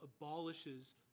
abolishes